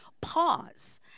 pause